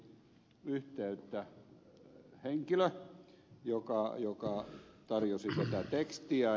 minuun otti yhteyttä henkilö joka tarjosi tätä tekstiä